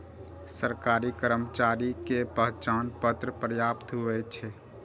सरकारी कर्मचारी के पहचान पत्र पर्याप्त होइ छै